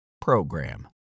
PROGRAM